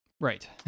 Right